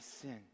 sin